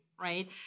right